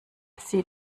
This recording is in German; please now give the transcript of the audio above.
sie